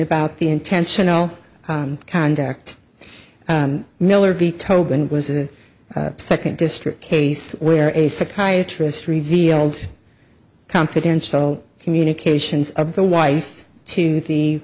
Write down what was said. about the intentional conduct miller betokened was a second district case where a psychiatrist revealed confidential communications of the wife to the